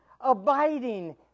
abiding